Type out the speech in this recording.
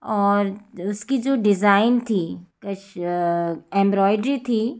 और उसका जो डिज़ाइन था कस एम्ब्रोइड्री थी